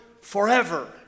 forever